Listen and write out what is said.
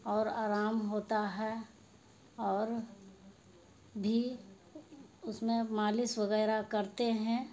اور آرام ہوتا ہے اور بھی اس میں مالش وغیرہ کرتے ہیں